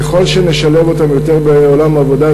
ככל שנשלב אותם יותר בעולם העבודה,